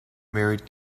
married